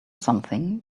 something